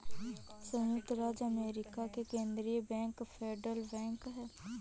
सयुक्त राज्य अमेरिका का केन्द्रीय बैंक फेडरल बैंक है